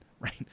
right